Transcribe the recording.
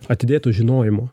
atidėto žinojimo